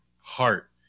Heart